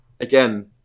again